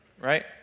right